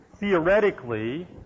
Theoretically